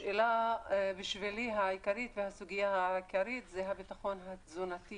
השאלה העיקרית והסוגיה העיקרית בשבילי זה הביטחון התזונתי